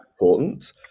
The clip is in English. important